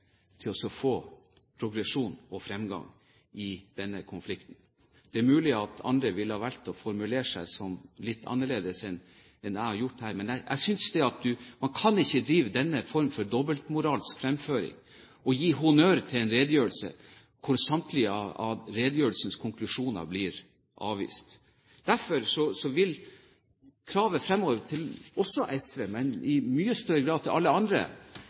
til å få progresjon og fremgang i denne konflikten? Det er mulig at andre ville ha valgt å formulere seg litt annerledes enn det jeg har gjort her, men jeg synes ikke man kan drive denne form for dobbeltmoralsk fremføring – å gi honnør for en redegjørelse, hvor så samtlige av redegjørelsens konklusjoner blir avvist. Derfor vil kravet fremover bli, også til SV, men i mye større grad til alle andre,